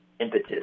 impetus